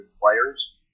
players